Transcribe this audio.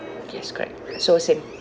yes correct so same